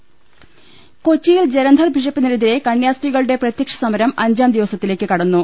ൾ ൽ ൾ കൊച്ചിയിൽ ജലന്ധർ ബിഷപ്പിനെതിരെ കന്യാസ്ത്രീകളുടെ പ്രത്യക്ഷസമരം അഞ്ചാം ദിവസത്തേക്ക് കുടന്നു